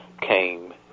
came